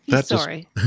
Sorry